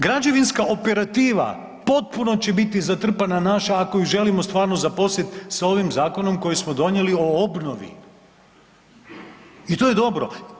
Građevinska operativa potpuno će biti zatrpana naša ako ju želimo stvarno zaposliti sa ovim zakonom koji smo donijeli o obnovi i to je dobro.